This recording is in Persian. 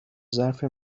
ظرف